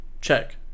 Check